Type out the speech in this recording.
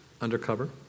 Undercover